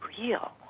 real